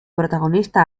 protagonista